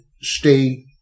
stay